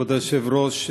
כבוד היושב-ראש,